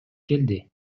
келди